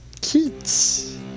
kids